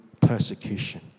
persecution